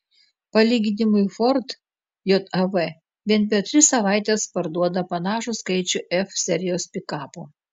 palyginimui ford jav vien per tris savaites parduoda panašų skaičių f serijos pikapų